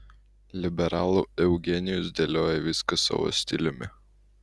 liberalų eugenijus dėlioja viską savo stiliumi